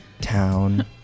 town